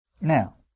Now